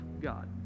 God